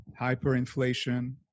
hyperinflation